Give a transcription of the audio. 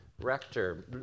rector